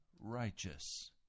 righteous